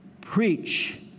preach